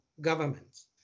governments